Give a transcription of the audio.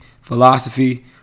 philosophy